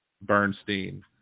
Bernstein